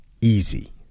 easy